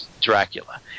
Dracula